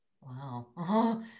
Wow